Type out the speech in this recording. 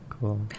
Cool